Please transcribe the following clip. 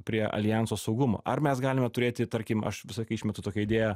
prie aljanso saugumo ar mes galime turėti tarkim aš visą laiką išmetu tokią idėją